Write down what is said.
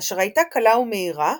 אשר הייתה קלה ומהירה,